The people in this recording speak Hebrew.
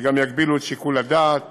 שגם יגבילו את שיקול הדעת